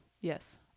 Yes